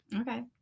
okay